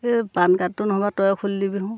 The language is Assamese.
এই পাণ কাডটো নহ'লেবা তইয়ে খুলি দিবিচোন